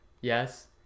Yes